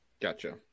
Gotcha